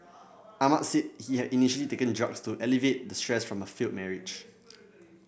Ahmad said he had initially taken drugs to alleviate the stress from a failed marriage